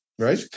right